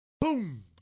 Boom